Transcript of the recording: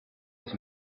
his